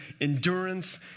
endurance